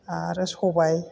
आरो सबाय